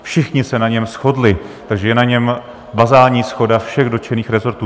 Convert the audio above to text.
Všichni se na něm shodli, takže je na něm bazální shoda všech dotčených resortů.